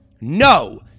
no